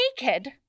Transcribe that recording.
naked